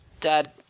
Dad